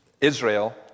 Israel